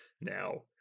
now